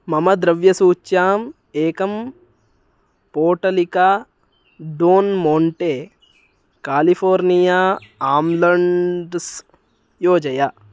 मम द्रव्यसूच्याम् एकं पोटलिका डोन् मोण्टे कालिफ़ोर्निया अम्ल्ण्ड्स् योजय